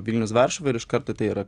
vilnius varšuva ir iš karto tai yra